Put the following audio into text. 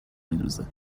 میدوزه